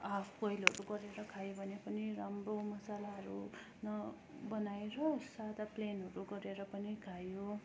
half boil गरेर खायो भने पनि राम्रो मसालाहरू नबनाएर सादा प्लेनहरू गरेर पनि खायो